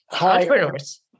Entrepreneurs